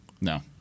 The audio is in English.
No